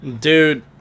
Dude